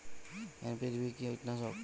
NPV কি কীটনাশক?